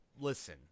listen